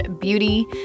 beauty